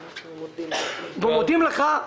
אנחנו מודים לך.